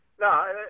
No